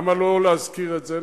למה לא להזכיר את זה?